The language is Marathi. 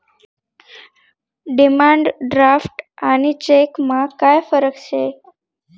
डिमांड ड्राफ्ट आणि चेकमा काय फरक शे